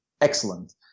excellent